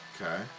Okay